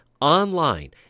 online